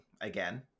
again